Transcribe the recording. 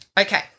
Okay